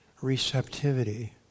receptivity